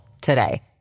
today